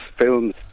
films